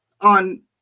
on